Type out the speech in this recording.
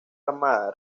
armada